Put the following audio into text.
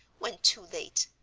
when too late,